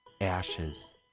ashes